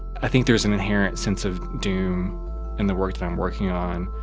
i think there's an inherent sense of doom in the work that i'm working on,